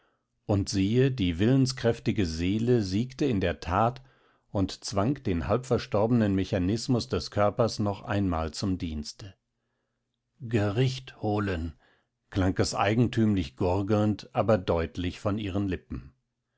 und siehe die willenskräftige seele siegte in der that und zwang den halbverstorbenen mechanismus des körpers noch einmal zum dienste gericht holen klang es eigentümlich gurgelnd aber deutlich von ihren lippen